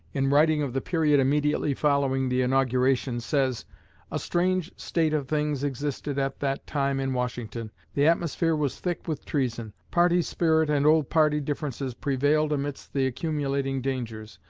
in writing of the period immediately following the inauguration, says a strange state of things existed at that time in washington. the atmosphere was thick with treason. party spirit and old party differences prevailed amidst the accumulating dangers.